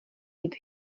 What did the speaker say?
jít